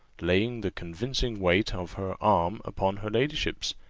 laying the convincing weight of her arm upon her ladyship's,